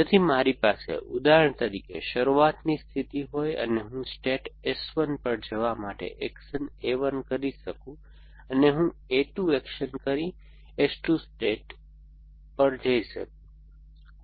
તેથી જો મારી પાસે ઉદાહરણ તરીકે શરૂઆતની સ્થિતિ હોય અને હું સ્ટેટ S 1 પર જવા માટે એક્શન A 1 કરી શકું અને હું A 2 એક્શન કરી S 2 સ્ટેટને કરી શકું